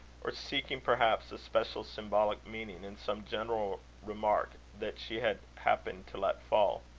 or seeking, perhaps, a special symbolic meaning in some general remark that she had happened to let fall.